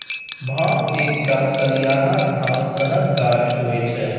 भांग एकटा सलियाना घास सनक गाछ होइ छै